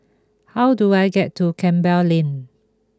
how do I get to Campbell Lane